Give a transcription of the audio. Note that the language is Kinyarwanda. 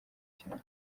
cyane